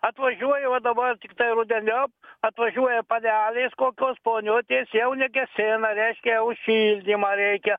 atvažiuoji va dabar tiktai rudeniop atvažiuoja panelės kokios poniutės jau negesina reiškia jau šildymą reikia